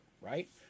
Right